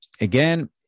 again